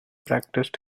practiced